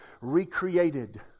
recreated